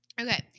okay